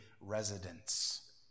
residents